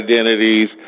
identities